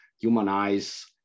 humanize